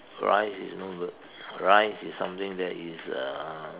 rice is no good rice is something that is uh